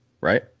Right